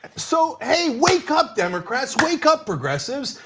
so hey, wake up, democrats. wake up, progressives.